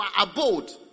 abode